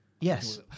Yes